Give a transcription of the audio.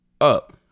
up